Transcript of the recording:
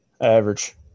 average